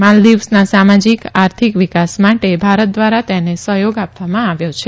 માલ્દીવ્સના સામાજીક આર્થિક વિકાસ માટે ભારત દ્વારા તેને સહયોગ આ વામાં આવ્યો છે